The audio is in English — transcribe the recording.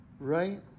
right